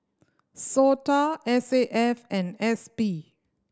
SOTA S A F and S P